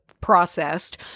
processed